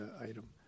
item